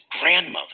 grandmother